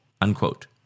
unquote